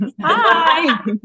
Hi